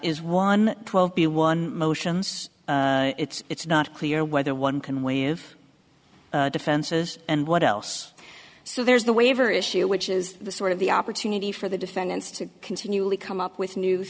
is one twelve b one motions it's not clear whether one can waive defenses and what else so there's the waiver issue which is the sort of the opportunity for the defendants to continually come up with new